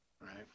Right